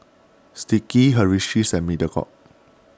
Sticky Hersheys and Mediacorp